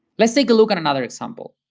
let's take a look at another example.